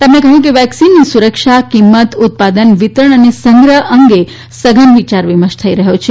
તેમણે કહ્યું કે વેકસીનની સુરક્ષા કીંમત ઉત્પાદન વિતરણ અને સંગ્રહ અંગે સઘન વિચાર વિમર્શ થઇ રહયો છે